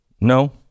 no